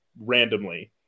randomly